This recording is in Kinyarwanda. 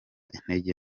intege